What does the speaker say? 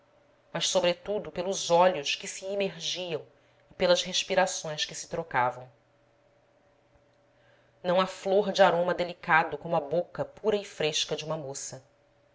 mas sobretudo pelos olhos que se imergiam e pelas respirações que se trocavam não há flor de aroma delicado como a boca pura e fresca de uma moça